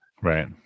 Right